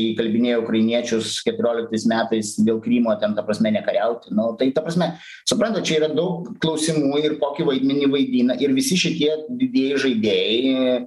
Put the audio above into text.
įkalbinėjo ukrainiečius keturioliktais metais dėl krymo ten ta prasme nekariauti nu tai ta prasme suprantat čia yra daug klausimų ir kokį vaidmenį vaidina ir visi šitie didieji žaidėjai